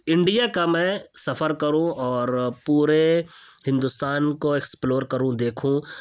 India کا میں سفر کروں اور پورے ہندوستان کو ایکسپلور کروں دیکھوں